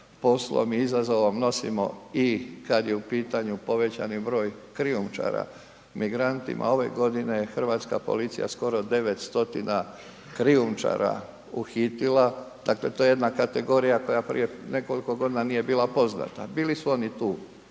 poslom i izazovom nosimo i kad je u pitanju povećani broj krijumčara, migranata, ove godine je hrvatska policija skoro 900 krijumčara uhitila, dakle to je jedna kategorija koja prije nekoliko godina nije bila poznata, bili su oni tu